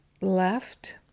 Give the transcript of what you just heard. left